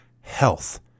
health